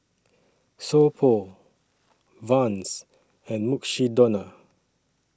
So Pho Vans and Mukshidonna